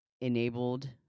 enabled